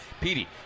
Petey